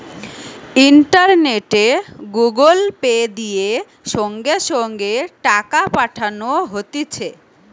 ইন্টারনেটে Google Pay, দিয়ে সঙ্গে সঙ্গে টাকা পাঠানো হতিছে